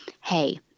Hey